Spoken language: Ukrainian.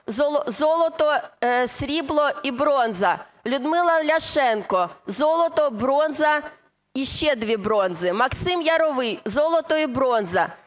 золото, срібло і бронза, Людмила Ляшенко: золото, бронза і ще дві бронзи. Максим Яровий: золото і бронза.